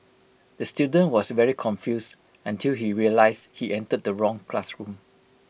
the student was very confused until he realised he entered the wrong classroom